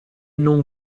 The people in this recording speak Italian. non